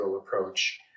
approach